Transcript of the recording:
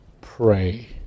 Pray